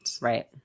Right